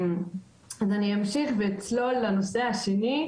אני אמשיך ואצלול אל הנושא השני,